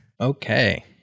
Okay